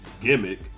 gimmick